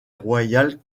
royale